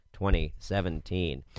2017